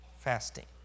Fasting